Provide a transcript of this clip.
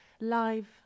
live